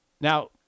Now